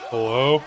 Hello